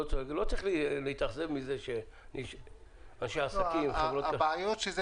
אז לא צריך להתאכזב מזה --- הבעיה היא שזה